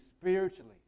spiritually